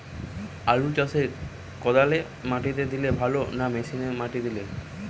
আলু চাষে কদালে মাটি দিলে ভালো না মেশিনে মাটি দিলে?